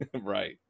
right